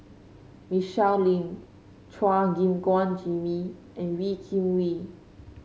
Michelle Lim Chua Gim Guan Jimmy and Wee Kim Wee